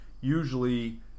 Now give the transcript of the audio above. usually